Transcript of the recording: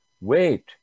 Wait